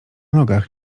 nogach